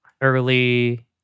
early